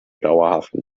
dauerhaften